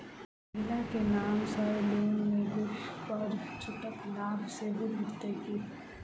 महिला केँ नाम सँ लोन लेबऽ पर छुटक लाभ सेहो भेटत की?